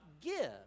give